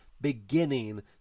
beginning